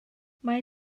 mae